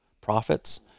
profits